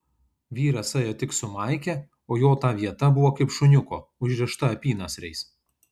vyras ėjo tik su maike o jo ta vieta buvo kaip šuniuko užrišta apynasriais